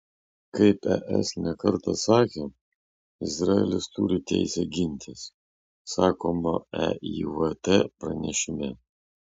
kaip es ne kartą sakė izraelis turi teisę gintis sakoma eivt pranešime